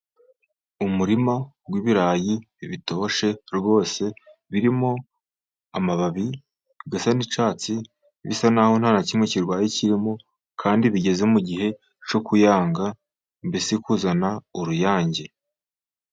Umurima w'ibirayi bitoshye rwose birimo amababi asa n'icyatsi bisa n'aho nta na kimwe kirwaye kirimo, kandi bigeze mugihe cyo kuyanga mbese kuzana uruyange.